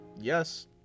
yes